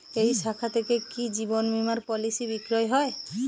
এই শাখা থেকে কি জীবন বীমার পলিসি বিক্রয় হয়?